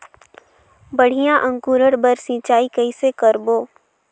बढ़िया अंकुरण बर सिंचाई कइसे करबो?